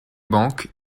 banques